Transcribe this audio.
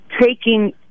taking